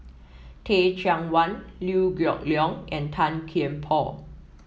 Teh Cheang Wan Liew Geok Leong and Tan Kian Por